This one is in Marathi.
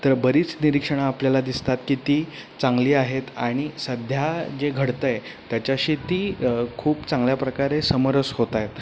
तर बरीच निरीक्षण आपल्याला दिसतात की ती चांगली आहेत आणि सध्या जे घडतं आहे त्याच्याशी ती खूप चांगल्या प्रकारे समरस होत आहेत